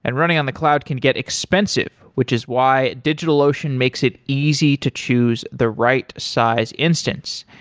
and running on the cloud can get expensive, which is why digitalocean makes it easy to choose the right size instance.